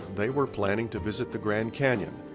they were planning to visit the grand canyon,